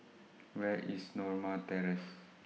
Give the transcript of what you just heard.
Where IS Norma Terrace